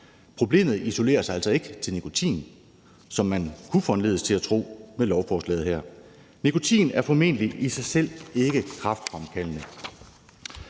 Problemet isolerer sig altså ikke til nikotin, som man kunne foranlediges til at tro med lovforslaget her. Nikotin er formentlig i sig selv ikke kræftfremkaldende.